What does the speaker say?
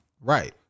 Right